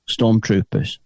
stormtroopers